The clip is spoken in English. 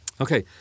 Okay